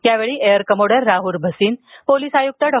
यावेळी air commodore Rahul Bhasin police आयुक्त डॉ